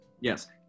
Yes